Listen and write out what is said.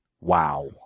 Wow